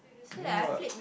no what